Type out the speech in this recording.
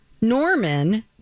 Norman